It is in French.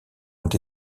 ont